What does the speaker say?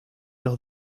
los